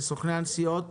לסוכני הנסיעות